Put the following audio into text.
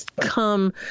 come